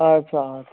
ادٕ سا آ